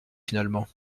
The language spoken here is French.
finalement